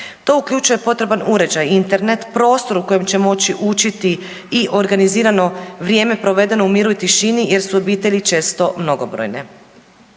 To uključuje potreban uređaj, Internet, prostor u kojem će moći učiti i organizirano vrijeme provedeno u miru i tišini jer su obitelji često mnogobrojne.